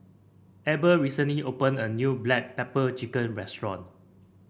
Abel recently opened a new Black Pepper Chicken restaurant